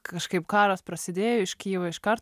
kažkaip karas prasidėjo iš kijevo iškart